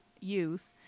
youth